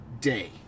day